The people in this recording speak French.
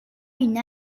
une